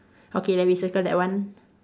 okay then we circle that one